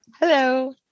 Hello